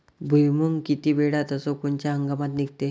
भुईमुंग किती वेळात अस कोनच्या हंगामात निगते?